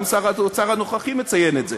גם שר האוצר הנוכחי מציין את זה